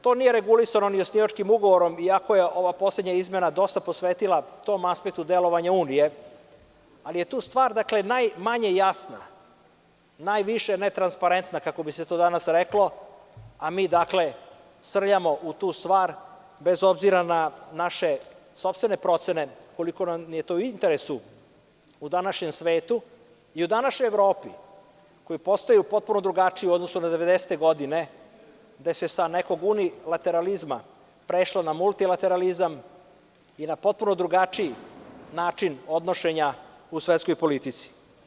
To nije regulisano ni osnivačkim ugovorom, iako se ova poslednja izmena dosta posvetila tom aspektu delovanja Unije, ali je tu stvar najmanje jasna, najviše netransparentna, kako bi se to danas reklo, a mi srljamo u tu stvar bez obzira na naše sopstvene procene koliko nam je to u interesu u današnjem svetu i u današnjoj Evropi koji postaju potpuno drugačiji u odnosu na 90-te godine, gde se sa nekog unilateralizma prešlo na multilateralizam i na potpuno drugačiji način odnošenja u svetskoj politici.